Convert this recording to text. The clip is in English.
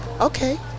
Okay